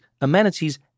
amenities